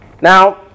Now